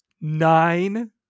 nine